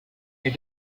est